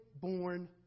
born